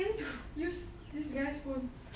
I need to use this guy's phone